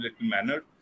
manner